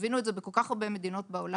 הבינו את זה בכל כך הרבה מדינות בעולם,